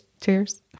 Cheers